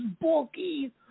bulky